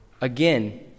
Again